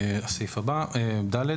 (ד)